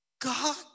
God